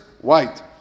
white